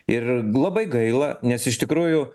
ir labai gaila nes iš tikrųjų